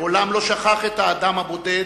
מעולם לא שכח את האדם הבודד,